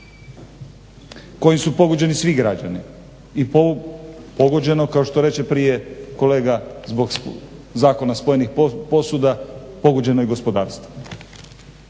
kojim su pogođeni svi građani i pogođeno kao što reče prije kolega zbog zakona spojenih posuda pogođeno je gospodarstvo.